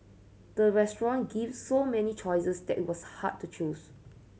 the restaurant gave so many choices that it was hard to choose